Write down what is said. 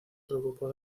preocupó